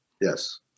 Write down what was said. Yes